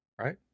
right